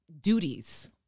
duties